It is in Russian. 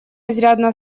изрядно